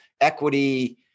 equity